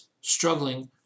struggling